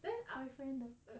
boyfriend the girl~